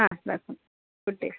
হ্যাঁ রাখুন good day